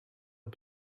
are